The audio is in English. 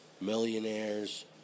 millionaires